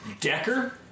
Decker